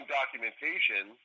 documentation